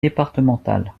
départemental